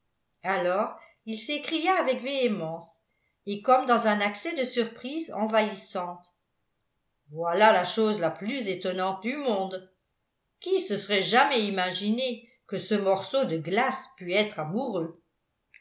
alors il s'écria avec véhémence et comme dans un accès de surprise envahissante voilà la chose la plus étonnante du monde qui se serait jamais imaginé que ce morceau de glace pût être amoureux